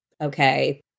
okay